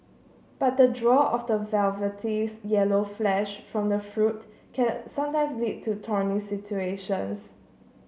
but the draw of the yellow flesh from the fruit can sometimes lead to thorny situations